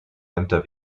ämter